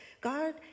god